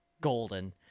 golden